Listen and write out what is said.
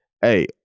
Hey